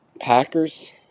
Packers